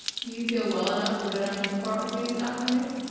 do you feel well enough to go down to court with me this afternoon?